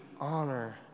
honor